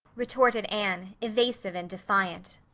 retorted anne, evasive and defiant.